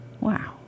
Wow